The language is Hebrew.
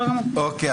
אוקיי,